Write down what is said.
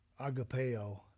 agapeo